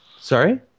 Sorry